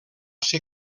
ser